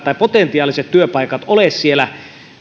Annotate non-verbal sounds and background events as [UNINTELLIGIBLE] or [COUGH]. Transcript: [UNINTELLIGIBLE] tai potentiaalisia työpaikkoja ole siellä